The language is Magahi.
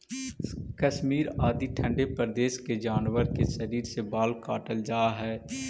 कश्मीर आदि ठण्ढे प्रदेश के जानवर के शरीर से बाल काटल जाऽ हइ